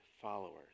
followers